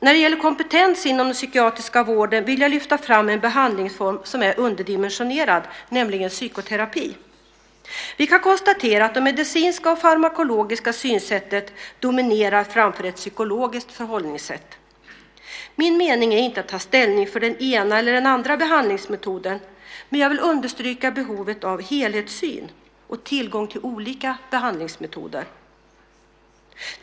När det gäller kompetens inom den psykiatriska vården vill jag lyfta fram en behandlingsform som är underdimensionerad, nämligen psykoterapi. Vi kan konstatera att det medicinska och farmakologiska synsättet dominerar framför ett psykologiskt förhållningssätt. Min mening är inte att ta ställning för den ena eller den andra behandlingsmetoden, men jag vill understryka behovet av helhetssyn och tillgång till olika behandlingsmetoder.